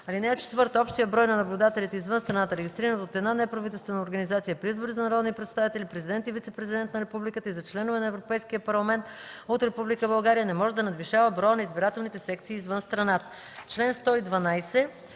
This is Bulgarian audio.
(4) Общият брой на наблюдателите извън страната, регистрирани от една неправителствена организация при избори за народни представители, президент и вицепрезидент на републиката и за членове на Европейския парламент от Република България, не може да надвишава броя на избирателните секции извън страната.”